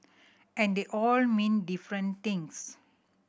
and they all mean different things